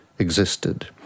existed